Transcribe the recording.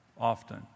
often